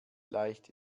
leicht